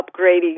upgrading